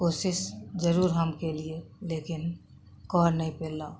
कोशिश जरूर हम केलियै लेकिन कऽ नहि पेलहुॅं